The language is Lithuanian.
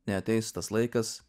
neateis tas laikas